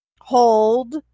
hold